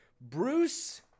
Bruce